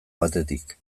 batetik